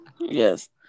yes